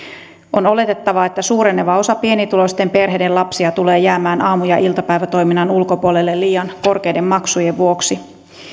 on oletettavaa että suureneva osa pienituloisten perheiden lapsia tulee jäämään aamu ja iltapäivätoiminnan ulkopuolelle liian korkeiden maksujen vuoksi